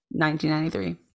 1993